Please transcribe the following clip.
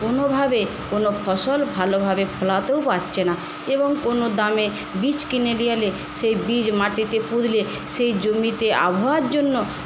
কোনোভাবে কোনো ফসল ভালোভাবে ফলাতেও পারছে না এবং কোনো দামে বীজ কিনে নিয়ে এলে সেই বীজ মাটিতে পুঁতলে সেই জমিতে আবহাওয়ার জন্য